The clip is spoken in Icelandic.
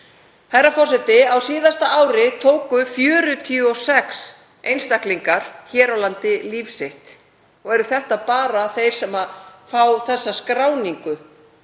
Herra forseti. Á síðasta ári tóku 46 einstaklingar hér á landi líf sitt og eru það bara þeir sem fá þá skráningu